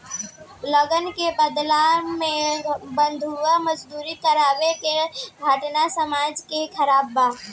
लगान के बदला में बंधुआ मजदूरी करावे के घटना समाज में खराब बा